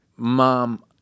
Mom